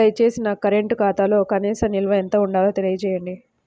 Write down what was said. దయచేసి నా కరెంటు ఖాతాలో కనీస నిల్వ ఎంత ఉండాలో తెలియజేయండి